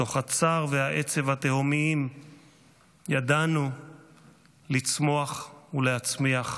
מתוך הצער והעצב התהומיים ידענו לצמוח ולהצמיח,